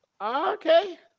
Okay